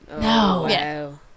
No